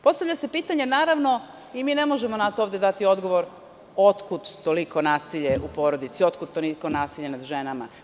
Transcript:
Postavlja se pitanje i na to ne možemo dati odgovor – otkud toliko nasilje u porodici, otkud toliko nasilje nad ženama?